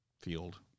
field